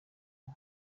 ubu